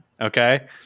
okay